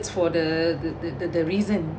for the the the reason